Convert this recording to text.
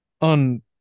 On